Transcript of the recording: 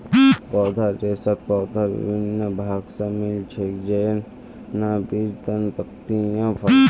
पौधार रेशा पौधार विभिन्न भाग स मिल छेक, जैन न बीज, तना, पत्तियाँ, फल